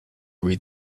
read